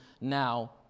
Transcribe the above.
now